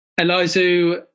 Elizu